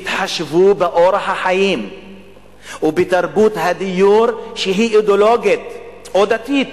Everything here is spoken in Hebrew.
התחשבו באורח חיים ובתרבות דיור שהיא אידיאולוגית או דתית,